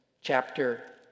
chapter